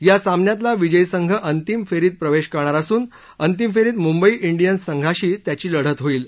या सामन्यातला विजयी संघ अंतिम फेरीत प्रवेश करणार असून अंतिम फेरीत मुंबई इंडियन्स संघाशी त्याची लढत होईल